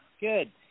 Good